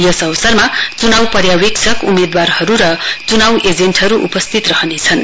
यस अवसरमा चुनाउ पर्यावेक्षक उम्मेद्वारहरू र चुनाउ एजेन्टहरू उपस्थित रहनेछन्